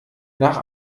nach